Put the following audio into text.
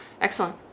Excellent